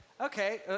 okay